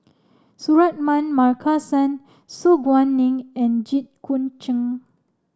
Suratman Markasan Su Guaning and Jit Koon Ch'ng